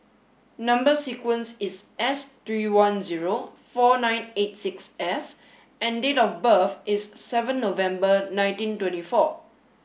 number sequence is S three one zero four nine eight six S and date of birth is seven November nineteen twenty four